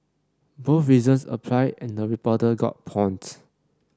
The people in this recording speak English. both reasons apply and the reporter got pawned